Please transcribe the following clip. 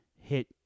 hit